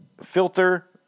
filter